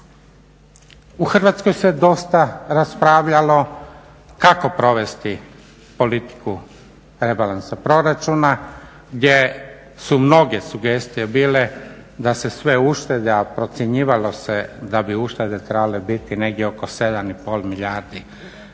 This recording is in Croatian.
U Hrvatskoj se dosta raspravljalo kako provesti politiku rebalansa proračuna gdje su mnoge sugestije bile da se sve uštede, a procjenjivalo se da bi uštede trebale biti negdje oko 7 i pol milijardi